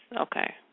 okay